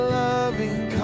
loving